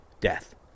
Death